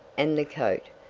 and the coat,